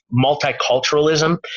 multiculturalism